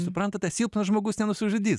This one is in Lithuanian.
suprantate silpnas žmogus nenusižudys